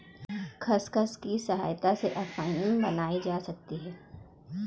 खसखस की सहायता से अफीम भी बनाई जा सकती है